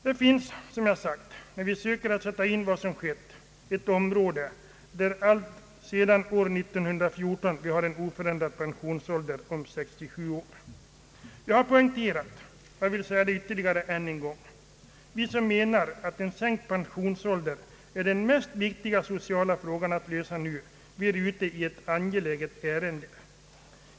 När vi nu har satt oss in i vad som skett finner vi här ett område som alltsedan år 1914 är oförändrat, nämligen det att pensionsåldern är 67 år. Jag har poängterat — och jag vill göra det än en gång — att vi som anser att en sänkt pensionsålder är den viktigaste sociala frågan vi nu har att lösa, vi är ute i ett angeläget ärende.